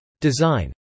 Design